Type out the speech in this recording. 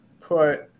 put